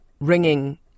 ringing